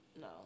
no